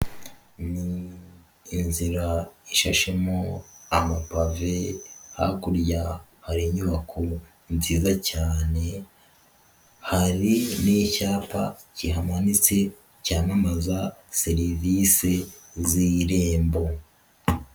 Ni inzira ishashemo amapave, hakurya hari inyubako nziza cyane, hari n'icyapa kihamanitse, cyamamaza serivise z'irembo.